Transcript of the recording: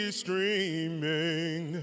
streaming